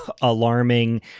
alarming